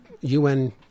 UN